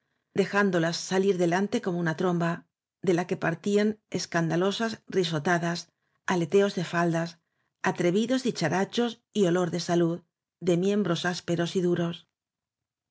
dejándolas salir delante como una tromba de la que partían escanda losas risotadas aleteos de faldas atrevidos di charachos y olor de salud de miembros áspe ros y duros